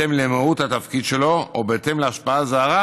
בהתאם למהות התפקיד שלו או בהתאם להשפעה זרה,